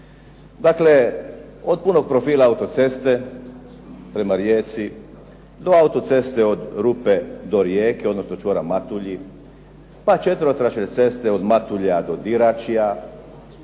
Dakle, od punog profila autoceste prema Rijeci do autoceste od Rupe do Rijeke odnosno čvora Matulji, pa četverotračne ceste od Matulja do Diračja,